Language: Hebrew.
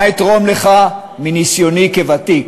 מה אתרום לך מניסיוני כוותיק?